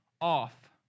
off